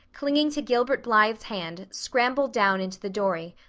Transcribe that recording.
clinging to gilbert blythe's hand, scrambled down into the dory,